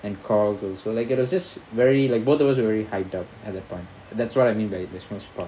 and calls also like it was just very like both of us were very hyped up at that point and that's what I mean by there's more spark